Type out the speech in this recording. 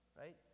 right